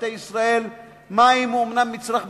מבתי ישראל מים הוא אומנם מצרך בסיסי,